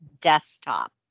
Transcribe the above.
desktop